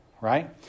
right